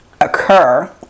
occur